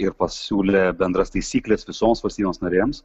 ir pasiūlė bendras taisykles visoms valstybėms narėms